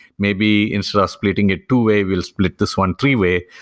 maybe instead of splitting it two-way, we will split this one three-way,